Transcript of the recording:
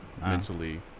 mentally